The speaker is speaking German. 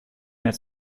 mehr